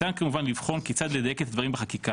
ניתן כמובן לבחון כיצד לדייק את הדברים בחקיקה